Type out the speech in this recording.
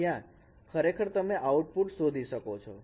જ્યાં ખરેખર તમે આઉટપુટ શોધી શકો છો